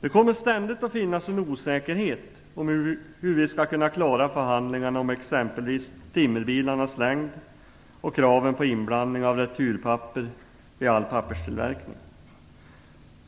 Det kommer ständigt att finnas en osäkerhet om hur vi skall kunna klara förhandlingarna om exempelvis timmerbilarnas längd och kraven på inblandning av returpapper vid all papperstillverkning.